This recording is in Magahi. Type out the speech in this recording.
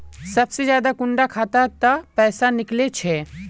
सबसे ज्यादा कुंडा खाता त पैसा निकले छे?